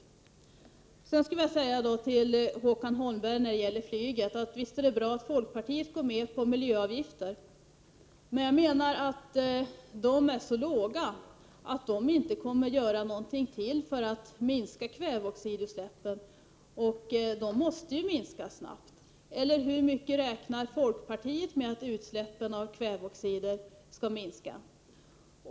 När det gäller flyget skulle jag vilja säga till Håkan Holmberg att det visst är bra att folkpartiet går med på miljöavgifter. De är emellertid så låga att de inte kommer att göra något för att minska kväveoxidutsläppen. Dessa utsläpp måste minska snabbt. Hur mycket räknar folkpartiet med att utsläppen av kväveoxider skall minska?